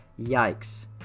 yikes